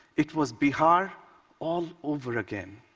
it was bihar all over again.